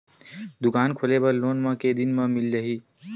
दुकान खोले बर लोन मा के दिन मा मिल जाही?